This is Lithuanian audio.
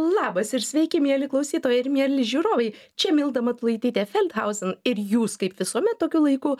labas ir sveiki mieli klausytojai ir mieli žiūrovai čia milda matulaitytė feldhausen ir jūs kaip visuomet tokiu laiku